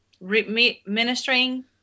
ministering